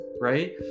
right